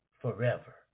forever